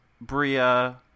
Bria